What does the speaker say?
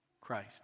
Christ